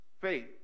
faith